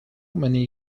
many